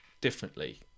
differently